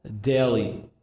daily